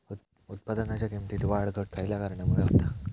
उत्पादनाच्या किमतीत वाढ घट खयल्या कारणामुळे होता?